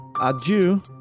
Adieu